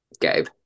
Gabe